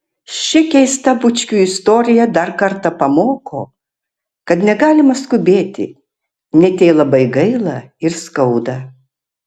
ši keista bučkių istorija dar kartą pamoko kad negalima skubėti net jei labai gaila ir skauda